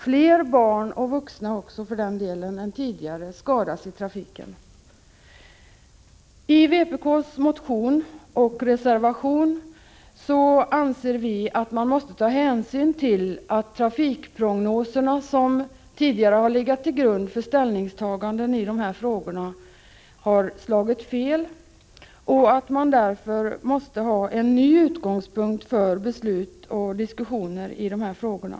Fler barn — och även vuxna, för den delen — än tidigare skadas i trafiken. I vpk:s motion och reservation anser vi att man måste ta hänsyn till att de trafikprognoser som tidigare legat till grund för ställningstaganden i de här frågorna har slagit fel och att man därför måste ha en ny utgångspunkt för beslut och diskussioner i de här frågorna.